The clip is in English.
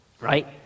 right